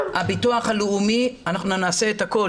הביטוח הלאומי יעשה את הכול,